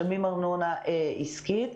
משלמים ארנונה עסקית,